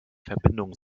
verbindung